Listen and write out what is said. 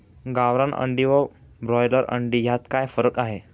गावरान अंडी व ब्रॉयलर अंडी यात काय फरक आहे?